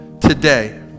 Today